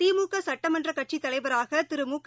திமுகசட்டமன்றகட்சிதலைவராகதிரு முக